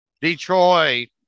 Detroit